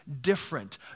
different